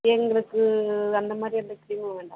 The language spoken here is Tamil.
எங்களுக்கு அந்த மாதிரி எந்த க்ரீமும் வேண்டாம்